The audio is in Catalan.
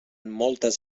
moltes